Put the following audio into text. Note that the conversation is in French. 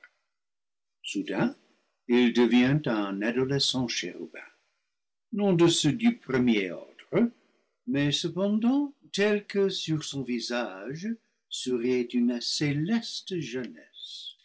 il devient un adolescent chérubin non de ceux du premier ordre mais cependant tel que sur son visage souriait une céleste jeunesse